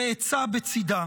ועצה בצידה.